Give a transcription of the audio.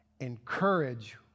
encourage